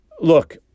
Look